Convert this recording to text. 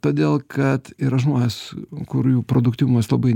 todėl kad yra žmonės kur jų produktyvumas labai